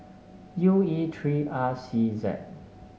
U E three R C Z